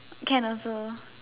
can also